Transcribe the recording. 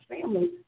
family